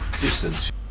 distance